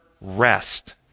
rest